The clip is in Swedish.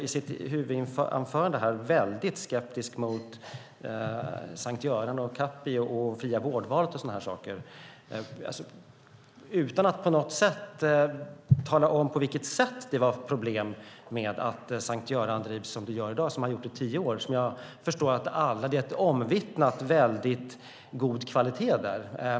I sitt huvudanförande var Eva Olofsson väldigt skeptisk mot Sankt Görans Sjukhus och Capio och det fria vårdvalet, utan att på något sätt tala om på vilket sätt det var problem med att Sankt Görans Sjukhus drivs som i dag, som det har varit i tio år. Som jag förstår är det omvittnat väldigt god kvalitet där.